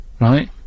right